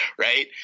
Right